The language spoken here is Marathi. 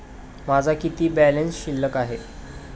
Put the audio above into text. माझा किती बॅलन्स शिल्लक आहे?